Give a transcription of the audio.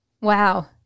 Wow